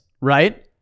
right-